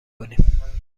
کنیم